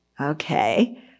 Okay